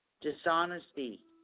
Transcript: dishonesty